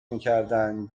میکردند